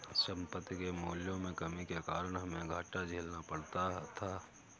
संपत्ति के मूल्यों में कमी के कारण हमे घाटा झेलना पड़ा था